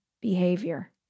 behavior